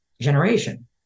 generation